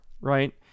right